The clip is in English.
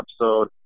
episode